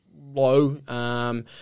low –